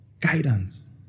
Guidance